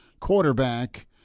quarterback